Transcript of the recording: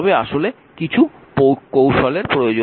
তবে আসলে কিছু কৌশলের প্রয়োজন নেই